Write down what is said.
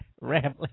rambling